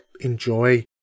enjoy